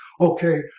okay